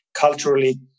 culturally